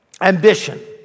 ambition